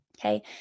Okay